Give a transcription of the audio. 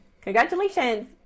Congratulations